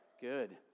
Good